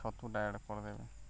ଛତୁଟା ଏଡ଼୍ କରିଦେବେ